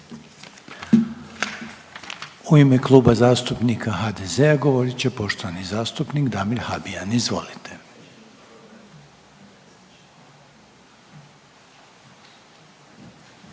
u ime Kluba zastupnika HDZ-a govoriti poštovani zastupnik Davor Ivo Stier. Izvolite.